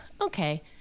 okay